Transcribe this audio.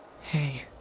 Hey